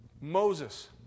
Moses